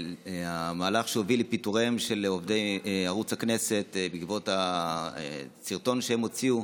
המהלך שהביא לפיטוריהם של עובדי ערוץ הכנסת בעקבות הסרטון שהם הוציאו?